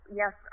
yes